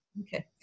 Okay